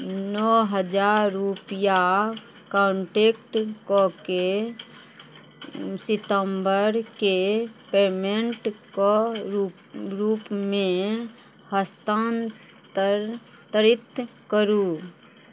नओ हजार रुपैआ कॉन्टेक्ट कऽ के सितम्बरके पेमेन्टके रूप रूपमे हस्तान्तर तरित करू